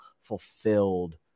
fulfilled